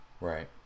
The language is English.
Right